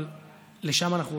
אבל לשם אנחנו הולכים.